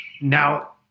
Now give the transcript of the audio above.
Now